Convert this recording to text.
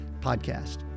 podcast